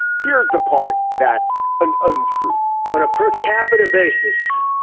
here's the part. that's an untruth on a per capita basis,